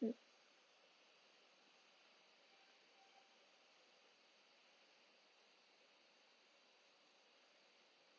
mm